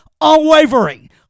Unwavering